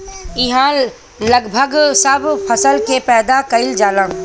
इहा लगभग सब फसल के पैदा कईल जाला